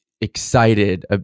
excited